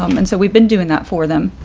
um and so we've been doing that for them.